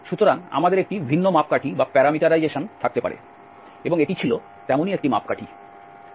সুতরাং আমাদের একটি ভিন্ন মাপকাঠি থাকতে পারে এবং এটি ছিল তেমনই একটি মাপকাঠি